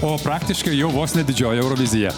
o praktiškai jau vos ne didžioji eurovizija